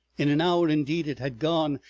in an hour indeed it had gone,